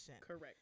Correct